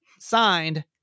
Signed